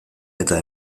eta